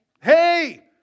Hey